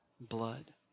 blood